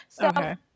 Okay